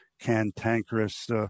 cantankerous